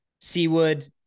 Seawood